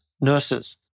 nurses